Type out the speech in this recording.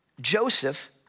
Joseph